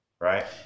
right